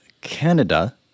Canada